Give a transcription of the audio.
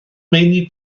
meini